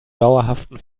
dauerhaften